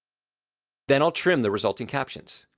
then i'll trim the resulting captions.